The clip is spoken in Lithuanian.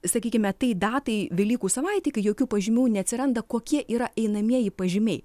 sakykime tai datai velykų savaitei kai jokių pažymių neatsiranda kokie yra einamieji pažymiai